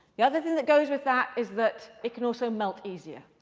the other thing that goes with that is that it can also melt easier.